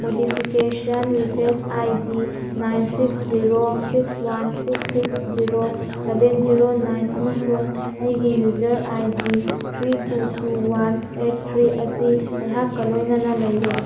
modification request I D nine six zero six one six six zero seven zero nine ꯑꯃꯁꯨꯡ ꯑꯩꯒꯤ user I D three two two one eight three ꯑꯁꯤ ꯑꯩꯍꯥꯛꯀ ꯂꯣꯏꯅꯅ ꯂꯩꯔꯦ